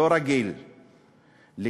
לא רגיל לקטוע,